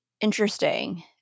interesting